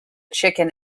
chicken